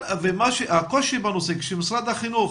הקושי בנושא, כשמשרד החינוך